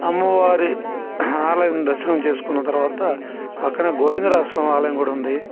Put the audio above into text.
అమ్మవారి ఆలయం దర్శనం చేసుకున్న తర్వాత పక్కన గోవిందరామస్వామి ఆలయం కూడా ఉంది